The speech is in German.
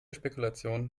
spekulationen